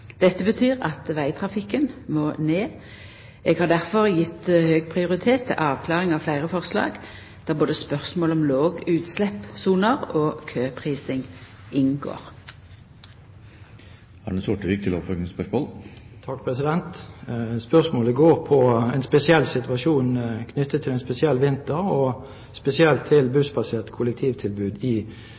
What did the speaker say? Dette betyr at vegtrafikken må ned. Eg har difor gjeve høg prioritet til avklaring av fleire forslag, der både spørsmål om lågutsleppssoner og køprising inngår. Spørsmålet går på en spesiell situasjon knyttet til en spesiell vinter, og spesielt til bussbaserte kollektivtilbud i